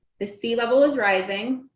the sea level is rising.